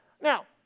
Now